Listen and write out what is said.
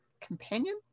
companion